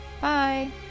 Bye